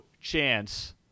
chance